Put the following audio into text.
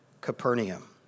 Capernaum